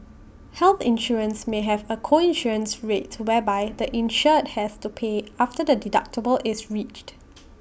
health insurance may have A co insurance rate whereby the insured has to pay after the deductible is reached